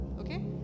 Okay